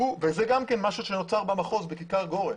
וגם זה משהו שנוצר במחוז, בכיכר גורן.